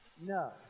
No